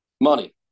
money